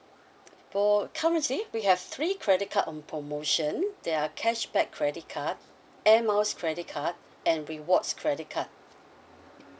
for currently we have three credit card on promotion there are cashback credit card air miles credit card and rewards credit card